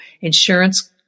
insurance